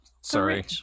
Sorry